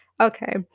Okay